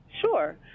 sure